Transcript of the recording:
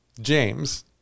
James